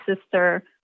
sister